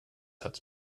hat